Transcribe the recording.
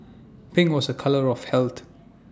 pink was A colour of health